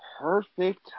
Perfect